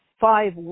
five